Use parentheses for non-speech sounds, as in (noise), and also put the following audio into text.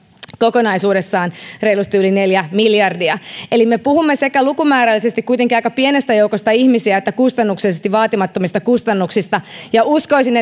kokonaisuudessaan reilusti yli neljä miljardia eli me puhumme sekä lukumäärällisesti kuitenkin aika pienestä joukosta ihmisiä että kustannuksellisesti vaatimattomista kustannuksista uskoisin (unintelligible)